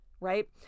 right